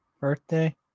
birthday